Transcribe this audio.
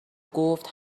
گفت